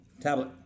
tablet